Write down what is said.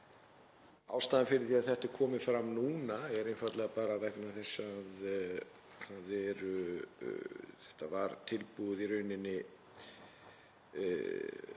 Ástæðan fyrir því að þetta er komið fram núna er einfaldlega vegna þess að þetta var tilbúið í rauninni